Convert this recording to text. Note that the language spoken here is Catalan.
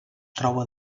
troba